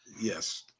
Yes